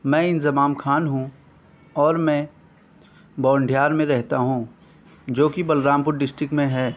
میں انضمام خان ہوں اور میں بونڈیہار میں رہتا ہوں جوکہ بلرام پور ڈسٹرک میں ہے